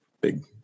Big